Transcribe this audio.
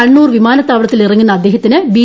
കണ്ണൂർ വിമാനത്തവളത്തിലിറങ്ങുന്ന അദ്ദേഹത്തിന് ബി